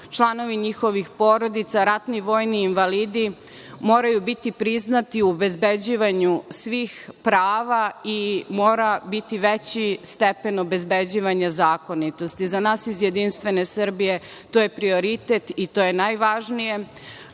članovi njihovih porodica, ratni vojni invalidi, moraju biti priznati u obezbeđivanju svih prava i mora biti veći stepen obezbeđivanja zakonitosti. Za nas iz JS to je prioritet i to je najvažnije,